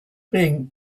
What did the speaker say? being